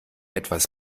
etwas